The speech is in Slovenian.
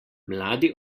mladi